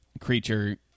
creature